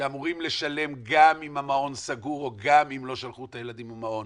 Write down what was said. שאמורים לשלם גם אם המעון סגור או גם אם לא שלחו את הילדים למעון.